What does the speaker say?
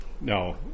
No